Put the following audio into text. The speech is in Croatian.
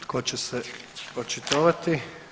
Tko će se očitovati?